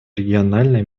региональной